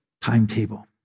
timetable